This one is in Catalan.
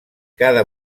cada